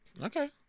Okay